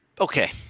Okay